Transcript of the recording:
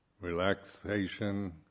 relaxation